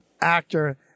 actor